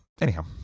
Anyhow